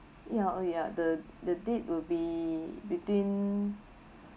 ya oh ya the the date will be between